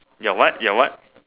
ya what ya what